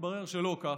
מתברר שזה לא כך,